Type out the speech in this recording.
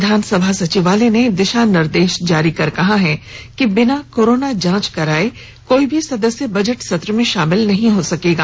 विधान सभा सचिवालय ने दिशा निर्देश जारी कर कहा है कि बिना कोरोना जांच कराये कोई भी सदस्य बजट सत्र में शामिल नहीं हो पायेगा